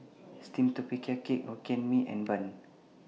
Steamed Tapioca Cake Hokkien Mee and Bun